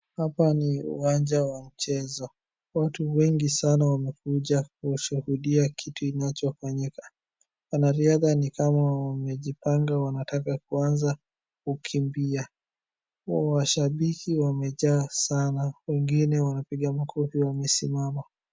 Hapa ni uwanja wa mchezo. Watu wengi sana wamekuja kushuhudia kitu inachofanyika. Wanariadha ni kama wamejipanga wanataka kuanza kukimbia. Washabiki wamejaa sana, wengine wanapiga makofi wamesimama.